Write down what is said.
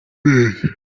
wese